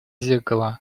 зеркало